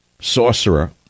sorcerer